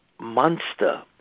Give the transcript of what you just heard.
monster